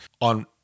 on